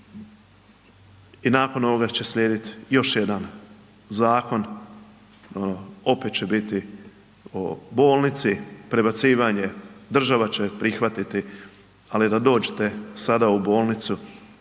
I nakon ovoga će slijediti još jedan zakon, opet će biti o bolnici prebacivanje, država će prihvatiti. Ali da dođete sada u bolnicu